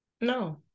No